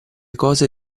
cose